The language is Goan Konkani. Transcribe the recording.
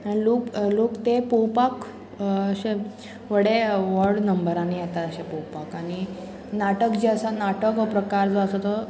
आनी लोक लोक ते पळोवपाक अशे व्हडे व्होड नंबरांनी येतात अशे पळोवपाक आनी नाटक जे आसा नाटक हो प्रकार जो आसा तो